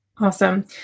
Awesome